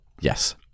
yes